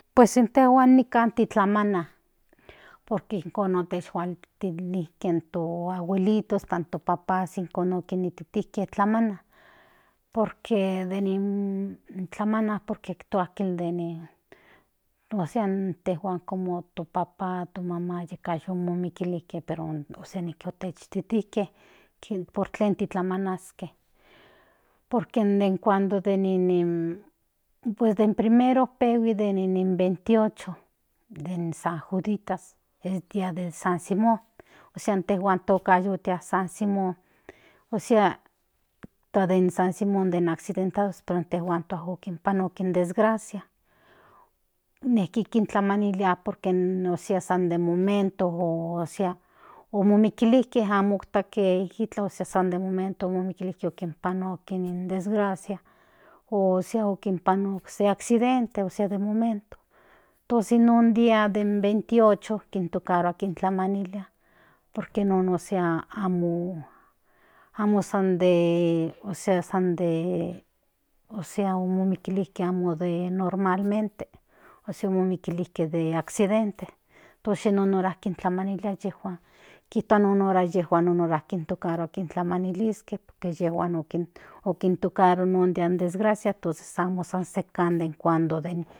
Pues en tejuan nikan titlamana porque ijkon tejuan titliken tu agüelitos tan tu papás ijkon kinititike titlamana porque de nin titlamana porque toa ijkin de nin osea en tejuan como to papán tu mamán yeka y ikilike pero osea niki otech titike por tlen titlamanaske porque den den cuando de nin pues den primero pehui de nin veintiocho de nin san juditas el día del san simón osea en tejan toka ayutea san simón osea toa de nin san simón de nin accidentados pero en tejuan toa jukin pano kin desgracia neki kintlamanila por que osea san de momento osea ikilike amo take hitla osea san de momento ikilike okin pano kin desgracia osea okin panukin osea accidente osea de momento tosi nun dia den veintiocho kinto karo kintlamanila porque nun osea amo amo san de osea san de osea ikilike amo de normalmente osea ikilike de accidente tosi non hora kintlamanila yejuan kituan nun hora yejuan un hora kinto karo kintlamaniliske porque yejuan okin okintu karo non dia desgracia tosi san mo san sekan den cuando den.